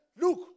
look